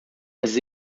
mas